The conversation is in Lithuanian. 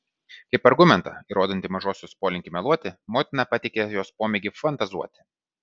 kaip argumentą įrodantį mažosios polinkį meluoti motina pateikė jos pomėgį fantazuoti